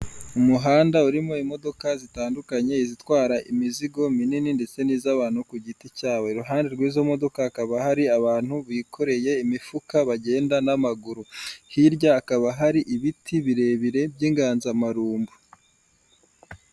Umuhanda urimo imodoka zitandukanye izitwara imizigo minini ndetse n'iz'abantu ku giti cyawe, iruhande rw'izo modoka hakaba hari abantu bikoreye imifuka bagenda n'amaguru, hirya hakaba hari ibiti birebire by'inganzamarumbu.